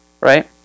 right